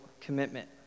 commitment